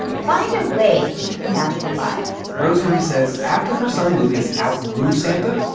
find a way to keep the magic alive rosemarie says after her son lucas outgrew santa,